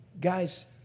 Guys